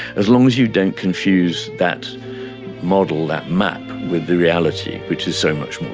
as long as you don't confuse that model, that map, with the reality, which is so much more